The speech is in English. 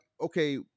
okay